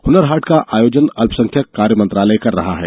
हनर हाट का आयोजन अल्पसंख्यक कार्य मंत्रालय ने किया है